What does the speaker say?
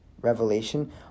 revelation